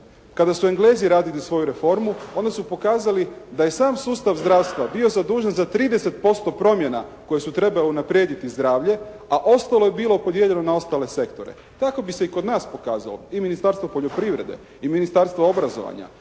Kada su Englezi radili svoju reformu onda su pokazali da je sav sustav zdravstva bio zadužen za 30% promjena koje su trebale unaprijediti zdravlje a ostalo je bilo podijeljeno na ostale sektore. Tako bi se i kod nas pokazalo. I Ministarstvo poljoprivrede i Ministarstvo obrazovanja,